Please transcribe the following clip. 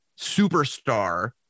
superstar